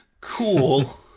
Cool